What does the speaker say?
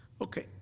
Okay